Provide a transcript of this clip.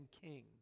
king